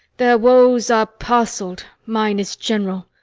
their woes are parcell'd, mine is general.